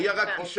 הבעיה זה אכיפה.